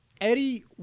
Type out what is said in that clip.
Eddie